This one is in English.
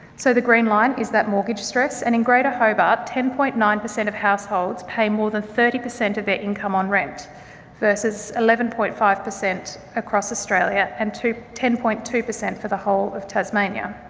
so, the green line is that mortgage stress. and in greater hobart, ten point nine per cent of households pay more than thirty per cent of their income on rent versus eleven point five per cent across australia and ten point two per cent for the whole of tasmania.